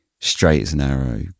straight-as-an-arrow